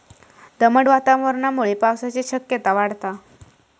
दमट वातावरणामुळे पावसाची शक्यता वाढता